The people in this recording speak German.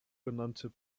genannte